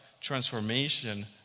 transformation